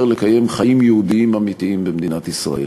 לחיות חיים יהודיים אמיתיים במדינת ישראל.